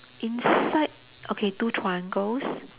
inside okay two triangles